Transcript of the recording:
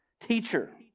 Teacher